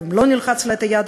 או לא נלחץ לה את היד,